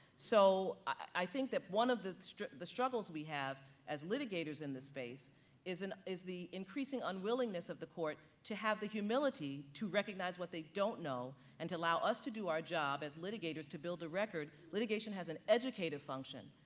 so i think that one of the the struggles we have as litigators in the space is the increasing unwillingness of the court to have the humility to recognize what they don't know, and to allow us to do our job as litigators to build a record, litigation as an educated function.